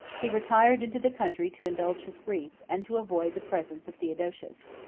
he retired into the country to indulge his grief, and to avoid the presence of theodosius.